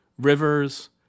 rivers